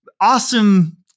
awesome